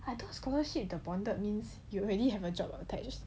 I thought scholarship the bonded means you already have a job attached